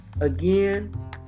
again